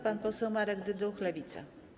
Pan poseł Marek Dyduch, Lewica.